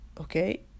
okay